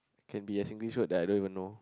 can be a Singlish that I don't even know